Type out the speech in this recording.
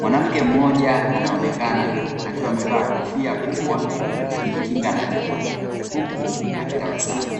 Mwanamke mmoja anaonekana akiwa amevaa kofia kubwa akijikinga na jua huku akitabasamu.